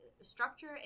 structure